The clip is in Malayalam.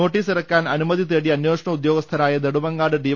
നോട്ടീസിറക്കാൻ അനുമതി തേടി അന്വേഷണ ഉദ്യോ ഗസ്ഥനായ നെടുമങ്ങാട് ഡി